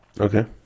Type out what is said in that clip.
okay